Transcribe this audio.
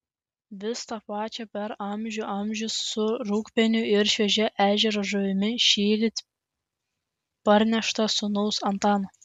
vis tą pačią per amžių amžius su rūgpieniu ir šviežia ežero žuvimi šįryt parnešta sūnaus antano